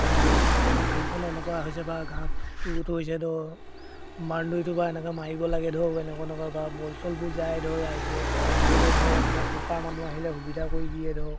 মানে বৰ্তমান ফিল্ডখনো এনেকুৱা হৈছে বা ঘাঁহ বহুত হৈছে ধৰ বাউণ্ডেৰীটো বা এনেকৈ মাৰিব লাগে ধৰক এনেকুৱা এনেকুৱা বা বল চলবোৰ যায় ধৰ ৰাইজে ক'লে ধৰ এনেকুৱা চৰকাৰ মানুহ আহিলে সুবিধা কৰি দিয়ে ধৰ